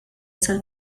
sal